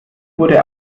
wurde